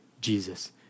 Jesus